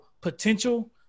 potential